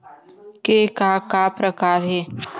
के का का प्रकार हे?